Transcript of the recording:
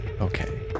okay